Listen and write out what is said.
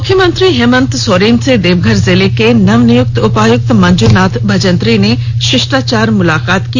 मुख्यमंत्री हेमन्त सोरेन से देवघर जिले के नवनियुक्त उपायुक्त मंज्नाथ भजंत्री ने शिष्टाचार मुलाकात की